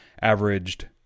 Averaged